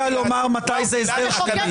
המחוקק יודע לומר מתי זה הסדר שלילי.